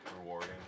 Rewarding